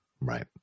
right